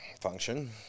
function